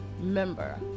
member